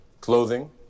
clothing